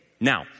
Now